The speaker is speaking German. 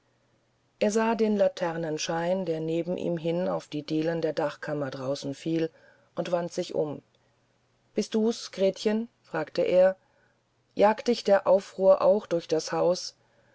er sah den laternenschein der neben ihm hin auf die dielen der dachkammer draußen fiel und wandte sich um du bist's gretchen fragte er jagt dich der aufruhr auch durch das haus